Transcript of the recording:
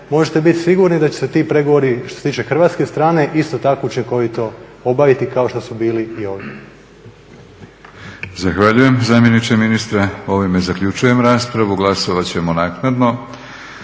možete bit sigurni da će se ti pregovori što se tiče hrvatske strane isto tako učinkovito obaviti kao što su bili i ovi.